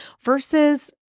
versus-